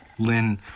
Lynn